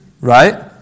right